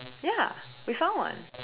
ya we found one